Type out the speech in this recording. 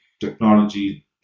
technology